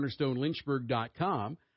cornerstonelynchburg.com